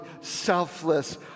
selfless